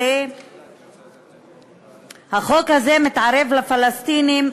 החוק הזה מתערב לפלסטינים,